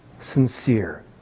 sincere